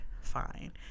fine